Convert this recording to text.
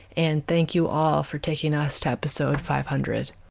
and thank you all for taking us to episode five hundred.